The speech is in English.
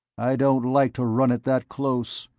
i don't like to run it that close.